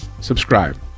subscribe